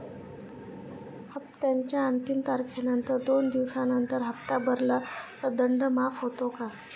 हप्त्याच्या अंतिम तारखेनंतर दोन दिवसानंतर हप्ता भरला तर दंड माफ होतो का?